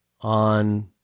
on